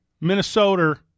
Minnesota